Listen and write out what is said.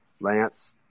Lance